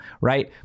right